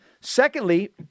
Secondly